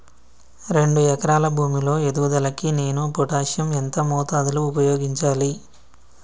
రెండు ఎకరాల భూమి లో ఎదుగుదలకి నేను పొటాషియం ఎంత మోతాదు లో ఉపయోగించాలి?